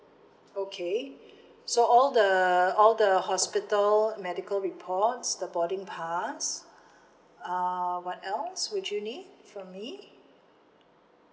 okay so all the all the hospital medical reports the boarding pass uh what else would you need from me